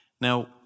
Now